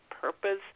purpose